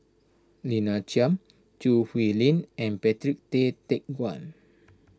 Lina Chiam Choo Hwee Lim and Patrick Tay Teck Guan